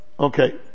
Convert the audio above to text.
Okay